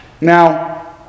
Now